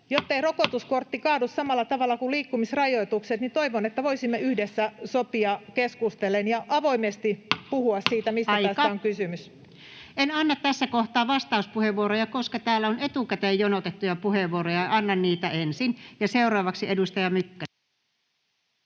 jottei rokotuskortti kaadu samalla tavalla kuin liikkumisrajoitukset, toivon, että voisimme sopia yhdessä keskustellen ja avoimesti puhua siitä, [Puhemies: Aika!] mistä tässä on kysymys. En anna tässä kohtaa vastauspuheenvuoroja, koska täällä on etukäteen jonotettuja puheenvuoroja ja annan niitä ensin. — Ja seuraavaksi edustaja Mykkänen.